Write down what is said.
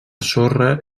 sorra